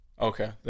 Okay